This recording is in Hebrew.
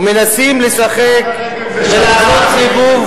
ומנסים לשחק ולעשות סיבוב,